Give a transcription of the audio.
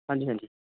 ਹਾਂਜੀ ਹਾਂਜੀ